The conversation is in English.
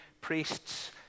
Priests